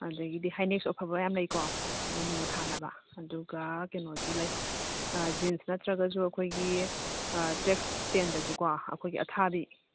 ꯑꯗꯒꯤꯗꯤ ꯍꯥꯏꯅꯦꯛꯁꯨ ꯑꯐꯕ ꯌꯥꯝ ꯂꯩꯀꯣ ꯃꯅꯨꯡꯗ ꯊꯥꯅꯕ ꯑꯗꯨꯒ ꯀꯩꯅꯣꯁꯨ ꯂꯩ ꯖꯤꯟꯁ ꯅꯠꯇ꯭ꯔꯒꯁꯨ ꯑꯩꯈꯣꯏꯒꯤ ꯇ꯭ꯔꯦꯛ ꯄꯦꯟꯗꯁꯨꯀꯣ ꯑꯩꯈꯣꯏꯒꯤ ꯑꯊꯥꯕꯤ